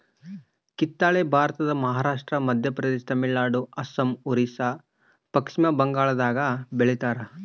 ಕಿತ್ತಳೆ ಭಾರತದ ಮಹಾರಾಷ್ಟ್ರ ಮಧ್ಯಪ್ರದೇಶ ತಮಿಳುನಾಡು ಅಸ್ಸಾಂ ಒರಿಸ್ಸಾ ಪಚ್ಚಿಮಬಂಗಾಳದಾಗ ಬೆಳಿತಾರ